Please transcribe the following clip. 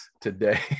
today